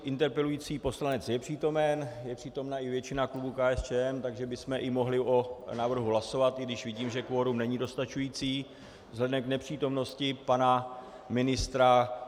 Interpelující poslanec je přítomen, je přítomna i většina klubu KSČM, takže bychom mohli o návrhu hlasovat, i když vidím, že kvorum není dostačující vzhledem k nepřítomnosti pana ministra.